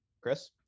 Chris